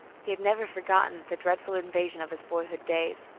he had never forgotten the dreadful invasion of his boyhood days.